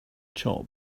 job